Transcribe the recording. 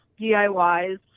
DIYs